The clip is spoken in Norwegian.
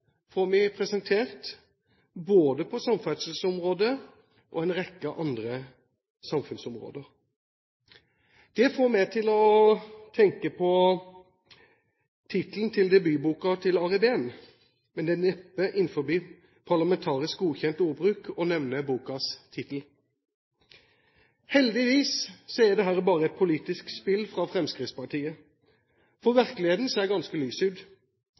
får vi presentert både på samferdselsområdet og på en rekke andre samfunnsområder. Det får meg til å tenke på tittelen til debutboken til Ari Behn, men det er neppe innenfor parlamentarisk godkjent ordbruk å nevne bokens tittel. Heldigvis er dette bare et politisk spill fra Fremskrittspartiet, for virkeligheten ser ganske